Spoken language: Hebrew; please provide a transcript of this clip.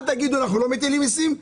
אל תגידו שאתם לא מטילים מיסים,